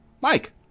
Mike